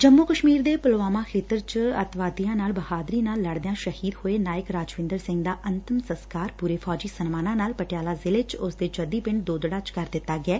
ਜੰਮੁ ਕਸ਼ਮੀਰ ਦੇ ਪੁਲਵਾਮਾ ਖੇਤਰ ਚ ਦਹਿਸ਼ਤਗਰਦਾ ਨਾਲ ਬਹਾਦਰੀ ਨਾਲ ਲੜਦਿਆ ਸ਼ਹੀਦ ਹੋਏ ਨਾਇਕ ਰਾਜਵਿੰਦਰ ਸਿੰਘ ਦਾ ਅੰਤਮ ਸੰਸਕਾਰ ਪੁਰੇ ਫੌਜੀ ਸਨਮਾਨਾਂ ਨਾਲ ਪਟਿਆਲਾ ਜ਼ਿਲੇ ਚ ਉਸਦੇ ਜੱਦੀ ਪਿੰਡ ਦੋਦੜਾ ਚ ਕਰ ਦਿੱਤਾ ਗਿਐ